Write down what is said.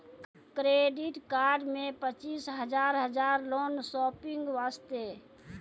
Credit card मे पचीस हजार हजार लोन शॉपिंग वस्ते?